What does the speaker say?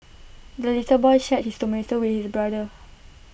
the little boy shared his tomato with brother